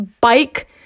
bike